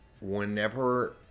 whenever